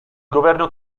governo